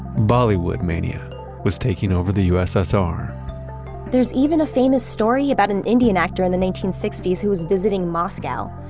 bollywoodmania was taking over the ussr there is even a famous story about an indian actor in the nineteen sixty s who was visiting moscow.